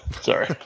Sorry